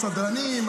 הסדרנים,